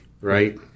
right